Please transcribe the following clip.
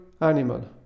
animal